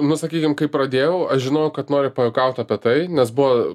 nu sakysim kai pradėjau aš žinojau kad noriu pajuokaut apie tai nes buvo